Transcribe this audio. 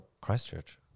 Christchurch